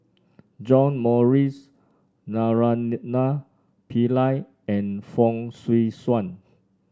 John Morrice Naraina Pillai and Fong Swee Suan